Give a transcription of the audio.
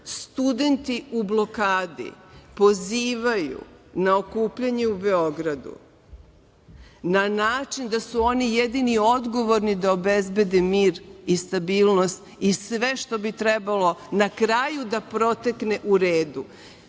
studenti u blokadi pozivaju na okupljanje u Beogradu, na način da su oni jedini odgovorni da obezbede mir i stabilnost i sve što bi trebalo na kraju da protekne u redu.